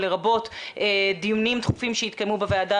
לרבות דיונים דחופים שיתקיימו בוועדה